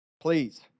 Please